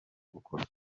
gukorwa